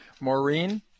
Maureen